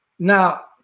Now